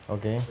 okay